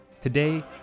Today